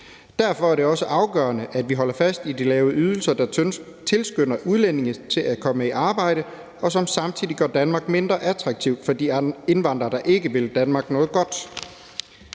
Derfor er det også afgørende, at vi holder fast i de lave ydelser, der tilskynder udlændinge til at komme i arbejde, og som samtidig gør Danmark mindre attraktivt for de indvandrere, der ikke vil Danmark noget godt.